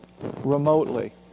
remotely